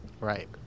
Right